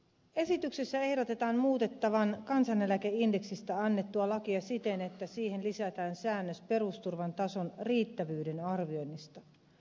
esityksessä ehdotetaan kansaneläkeindeksistä annetun lain muuttamista siten että siihen lisätään säännös perusturvan tason riittävyyden arvioinnista